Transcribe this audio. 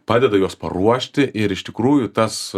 padeda juos paruošti ir iš tikrųjų tas